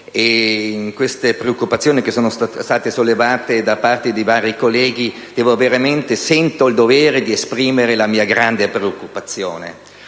viste le preoccupazioni che sono state sollevate da parte di vari colleghi, veramente sento il dovere di esprimere la mia grande preoccupazione